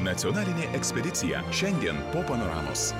nacionalinė ekspedicija šiandien po panoramos